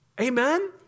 Amen